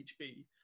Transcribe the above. HB